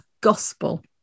gospel